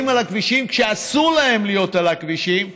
על הכבישים כשאסור להם להיות על הכבישים,